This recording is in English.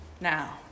now